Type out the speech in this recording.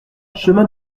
chemin